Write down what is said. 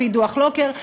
לפי דוח לוקר,